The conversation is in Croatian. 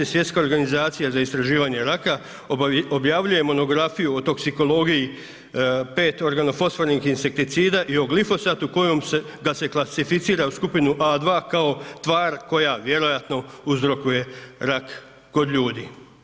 Svjetska organizacija za istraživanje raka objavljuje Monografiju o toksikologiji 5 organofosfornih insekticida i o glifosatu kojom se, ga se klasificira u skupinu A2 kao tvar koja vjerojatno uzrokuje rak kod ljudi.